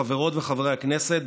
חברות וחברי הכנסת,